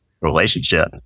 relationship